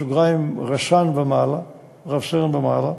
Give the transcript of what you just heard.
רס"ן ומעלה,